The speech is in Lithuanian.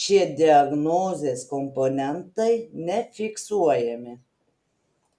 šie diagnozės komponentai nefiksuojami